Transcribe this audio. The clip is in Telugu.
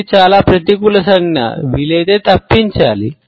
ఇది చాలా ప్రతికూల సంజ్ఞ వీలైతే తప్పించాలి